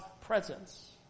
presence